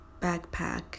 backpack